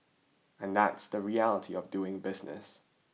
and that's the reality of doing business